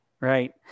right